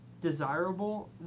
Desirable